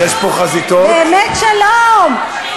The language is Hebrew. באמת שלום.